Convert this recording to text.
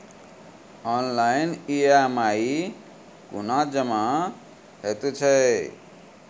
Online EMI कूना जमा हेतु छै?